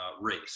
race